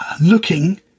looking